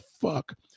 fuck